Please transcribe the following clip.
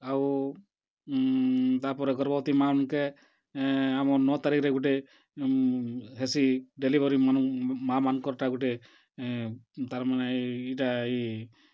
ଆଉ ତା'ପରେ ଗର୍ଭବତୀ ମାଆ ମାନ୍ଙ୍କେ ଆମର୍ ନଅ ତାରିଖ୍ରେ ଗୁଟେ ହେସି ଡେଲିଭରି ମାଆ ମାନ୍ଙ୍କର ଟା ଗୁଟେ ତା'ର୍ମାନେ ଇ'ଟା ଇ